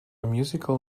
musical